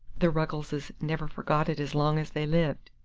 the ruggleses never forgot it as long as they lived.